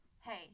hey